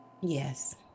Yes